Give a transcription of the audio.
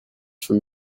from